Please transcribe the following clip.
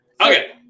Okay